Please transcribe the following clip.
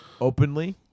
openly